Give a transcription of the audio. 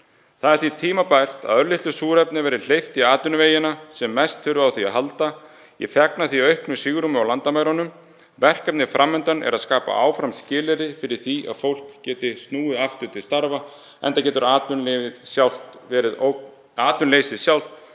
Því er tímabært að örlitlu súrefni verði hleypt í þá atvinnuvegi sem mest þurfa á því að halda. Ég fagna því auknu svigrúmi á landamærunum. Verkefnið fram undan er að skapa áfram skilyrði fyrir því að fólk geti snúið aftur til starfa enda getur atvinnuleysið sjálft